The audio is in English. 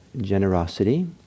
generosity